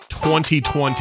2020